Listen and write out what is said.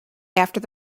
after